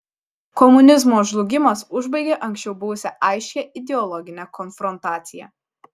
komunizmo žlugimas užbaigė anksčiau buvusią aiškią ideologinę konfrontaciją